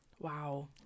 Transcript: Wow